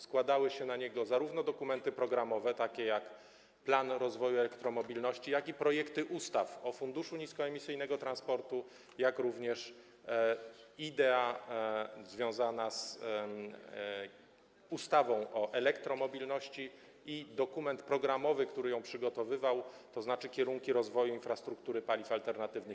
Składały się na niego zarówno dokumenty programowe, takie jak „Plan rozwoju elektromobilności”, jak i projekty ustaw o funduszu niskoemisyjnego transportu, jak również idea związana z ustawą o elektromobilności i dokument programowy, który ją przygotowywał, tzn. kierunki rozwoju infrastruktury paliw alternatywnych.